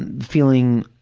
and feeling,